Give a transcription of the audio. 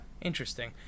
Interesting